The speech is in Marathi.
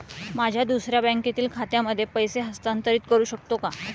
माझ्या दुसऱ्या बँकेतील खात्यामध्ये पैसे हस्तांतरित करू शकतो का?